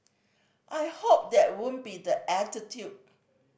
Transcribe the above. I hope that won't be the attitude